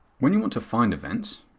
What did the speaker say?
when you want to find events,